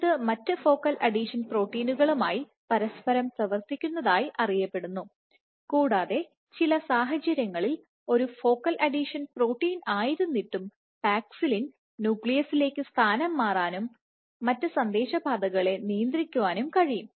ഇത് മറ്റ് focal adhesion പ്രോട്ടീനുകളുമായി പരസ്പരം പ്രവർത്തിക്കുന്നതായി അറിയപ്പെടുന്നു കൂടാതെ ചില സാഹചര്യങ്ങളിൽ ഒരു ഫോക്കൽ അഡീഷൻ പ്രോട്ടീൻ ആയിരുന്നിട്ടും പാക്സിലിന് ന്യൂക്ലിയസിലേക്ക് സ്ഥാനം മാറാനും മറ്റ് സന്ദേശ പാതകളെ നിയന്ത്രിക്കാനും കഴിയും